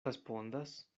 respondas